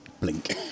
Blink